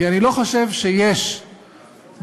כי אני לא חושב שיש בקואליציה